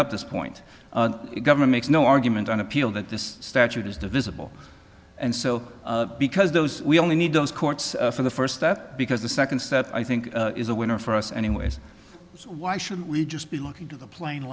up this point the government makes no argument on appeal that this statute is divisible and so because those we only need those courts for the first step because the second set i think is a winner for us anyway so why should we just be looking at the pla